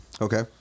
Okay